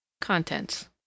Contents